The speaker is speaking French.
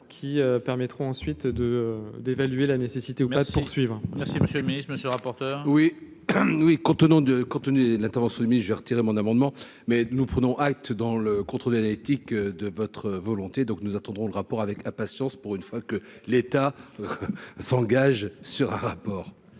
qui permettront ensuite de d'évaluer la nécessité ou pas. Suivre merci monsieur le Ministre, monsieur rapporteur. Oui, oui, contenant de cantonner la transmis j'ai retiré mon amendement, mais nous prenons acte dans le contrôle génétique de votre volonté, donc nous attendrons le rapport avec impatience pour une fois que l'État s'engage sur un rapport.